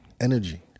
energy